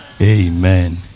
amen